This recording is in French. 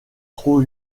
trop